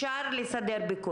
יש פה בלבול בין שתי אוכלוסיות,